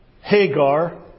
Hagar